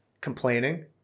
complaining